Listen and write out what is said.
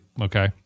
okay